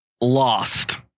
lost